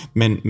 men